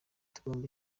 tugomba